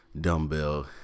dumbbell